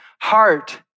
heart